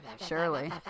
Surely